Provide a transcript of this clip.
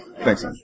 Thanks